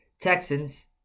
Texans